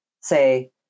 say